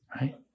Right